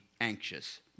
anxious